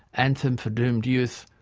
anthem for doomed youth,